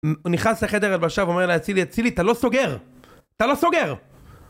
הוא נכנס לחדר הלבשה ואומר לאצילי, אצילי, אתה לא סוגר! אתה לא סוגר!